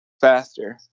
faster